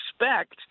expect